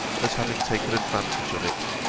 as having taken advantage of it.